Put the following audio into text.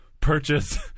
purchase